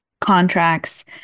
contracts